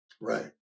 Right